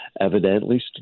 evidently